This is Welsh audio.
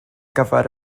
gyfer